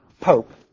Pope